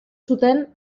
zuten